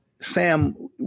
Sam